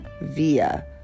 via